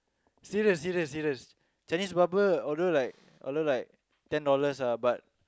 serious serious serious Chinese barber although like although like ten dollars ah but